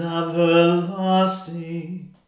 everlasting